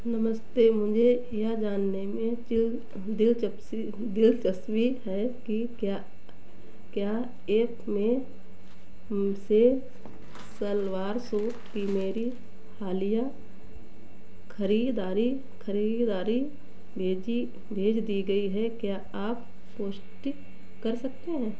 नमस्ते मुझे यह जानने में चिल दिलचप्सी दिलचस्पी है कि क्या क्या एप में हमसे सलवार सूट की मेरी हालिया ख़रीदारी ख़रीदारी भेजी भेज दी गई है क्या आप पुष्टि कर सकते हैं